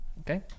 Okay